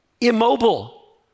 immobile